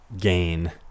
gain